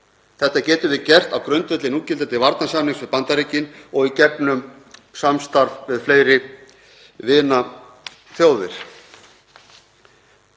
Þetta getum við gert á grundvelli núgildandi varnarsamnings við Bandaríkin og í gegnum samstarf við fleiri vinaþjóðir.